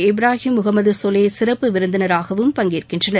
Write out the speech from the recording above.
Ibrahim Mohammed Sule சிறப்பு விருந்தினராகவும் பங்கேற்கின்றனர்